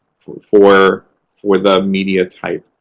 for for the media type.